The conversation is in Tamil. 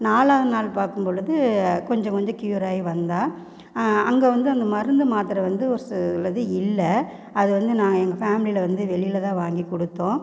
நாலாவது நாள் பார்க்கும்பொழுது கொஞ்சம் கொஞ்சம் கியூர் ஆகி வந்தாள் அங்கே வந்து அந்த மருந்து மாத்தரை வந்து ஒரு சிலது இல்லை அது வந்து நாங்கள் எங்கள் ஃபேமிலியில வந்து வெளிலதான் வாங்கிக்கொடுத்தோம்